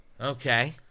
Okay